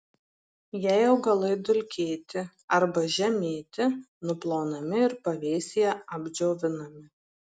jei augalai dulkėti arba žemėti nuplaunami ir pavėsyje apdžiovinami